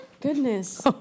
goodness